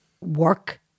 work